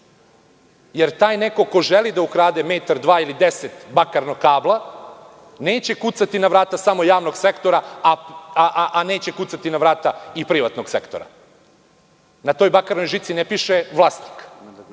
ljude. Taj neko ko želi da ukrade metar, dva ili 10 bakarnog kabla, neće kucati na vrata samo javnog sektora, a da ne kuca na vrata i privatnog sektora. Na toj bakarnoj žici ne piše – vlasnik. Zbog